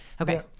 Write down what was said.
Okay